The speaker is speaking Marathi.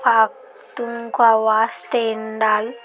पाक्तूनक्वावा स्टेंडाल